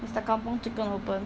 is the kampung chicken open